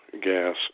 gas